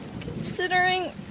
considering